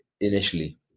initially